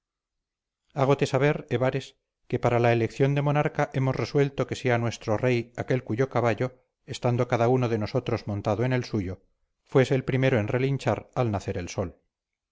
hágote saber ebares que para la elección de monarca hemos resuelto que sea nuestro rey aquel cuyo caballo estando cada uno de nosotros montado en el suyo fuere el primero en relinchar al nacer el sol